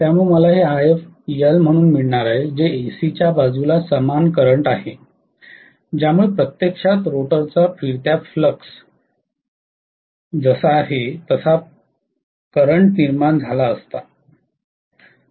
त्यामुळे मला हे Ifl म्हणून मिळणार आहे जे AC च्या बाजूला समान करंट आहे ज्यामुळे प्रत्यक्षात रोटरचा फिरत्या फ्लक्स प्रवाह जसा आहे तसाच प्रवाह निर्माण झाला असता